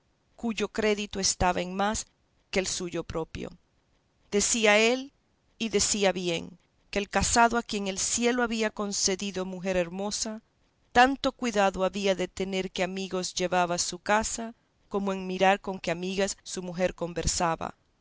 cuyo crédito estimaba en más que el suyo proprio decía él y decía bien que el casado a quien el cielo había concedido mujer hermosa tanto cuidado había de tener qué amigos llevaba a su casa como en mirar con qué amigas su mujer conversaba